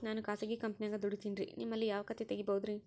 ನಾನು ಖಾಸಗಿ ಕಂಪನ್ಯಾಗ ದುಡಿತೇನ್ರಿ, ನಿಮ್ಮಲ್ಲಿ ಯಾವ ಖಾತೆ ತೆಗಿಬಹುದ್ರಿ?